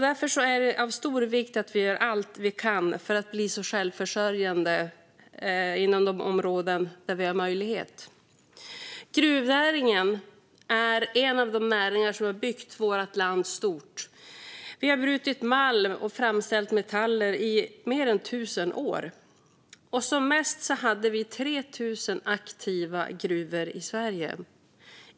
Därför är det av stor vikt att vi gör allt vi kan för att bli självförsörjande inom de områden där vi har möjlighet. Gruvnäringen är en av de näringar som har byggt vårt land stort. Vi har brutit malm och framställt metaller i mer än tusen år. Som mest hade vi 3 000 aktiva gruvor i Sverige.